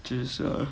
just uh